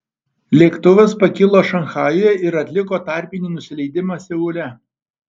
lėktuvas pakilo šanchajuje ir atliko tarpinį nusileidimą seule